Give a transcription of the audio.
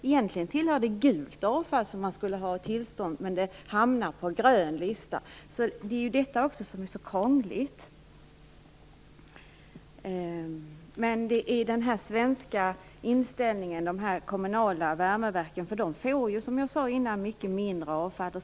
Egentligen tillhör detta gult avfall som man skall tillstånd för, men det hamnar på grön lista. Det är detta som gör det så krångligt. De svenska kommunala värmeverken får, som jag sade innan, mycket mindre avfall.